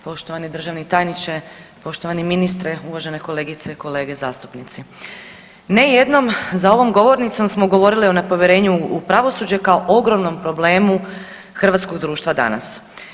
Poštovani državni tajničke, poštovani ministre, uvažene kolegice i kolege zastupnici, ne jednom za ovom govornicom smo govorili o nepovjerenju u pravosuđe kao ogromnom problemu hrvatskog društva danas.